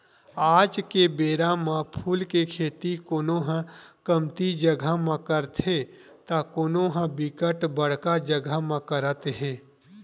आज के बेरा म फूल के खेती कोनो ह कमती जगा म करथे त कोनो ह बिकट बड़का जगा म करत हे